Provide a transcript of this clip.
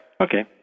Okay